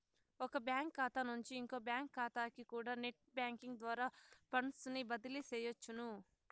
ఒక బ్యాంకు కాతా నుంచి ఇంకో బ్యాంకు కాతాకికూడా నెట్ బ్యేంకింగ్ ద్వారా ఫండ్సుని బదిలీ సెయ్యొచ్చును